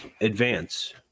advance